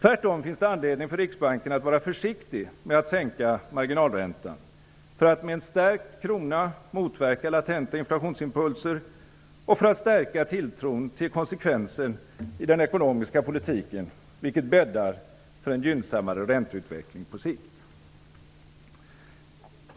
Det finns tvärtom anledning för Riksbanken att vara försiktig med att sänka marginalräntan för att med en stärkt krona motverka latenta inflationsimpulser och för att stärka tilltron till konsekvensen i den ekonomiska politiken, vilket bäddar för en gynnsammare ränteutveckling på sikt.